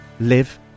live